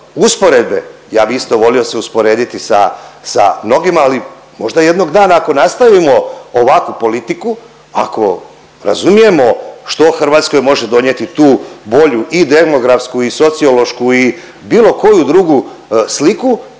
Usporedbe, ja bi isto volio se usporediti sa, sa mnogima ali možda jednog dana ako nastavimo ovakvu politiku, ako razumijemo što Hrvatskoj može donijeti tu bolju i demografsku i sociološku i bilo koju drugu sliku,